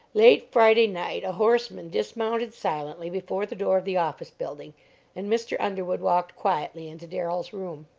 late friday night a horseman dismounted silently before the door of the office building and mr. underwood walked quietly into darrell's room.